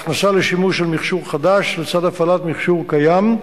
הכנסה לשימוש של מכשור חדש לצד הפעלת ציוד קיים,